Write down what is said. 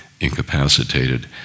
incapacitated